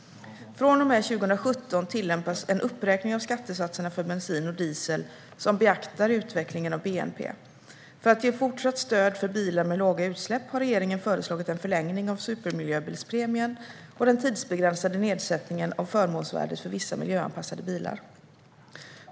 Från och med 2017 tillämpas en uppräkning av skattesatserna för bensin och diesel som beaktar utvecklingen av bnp. För att ge fortsatt stöd för bilar med låga utsläpp har regeringen föreslagit en förlängning av supermiljöbilspremien och av den tidsbegränsade nedsättningen av förmånsvärdet för vissa miljöanpassade bilar.